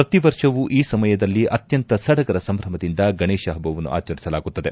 ಪ್ರತಿ ವರ್ಷವು ಈ ಸಮಯದಲ್ಲಿ ಅತ್ಯಂತ ಸಡಗರ ಸಂಭ್ರಮದಿಂದ ಗಣೇತ ಹಬ್ಲವನ್ನು ಆಚರಿಸಲಾಗುತ್ತದೆ